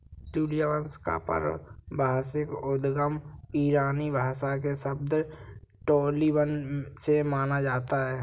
ट्यूलिया वंश का पारिभाषिक उद्गम ईरानी भाषा के शब्द टोलिबन से माना जाता है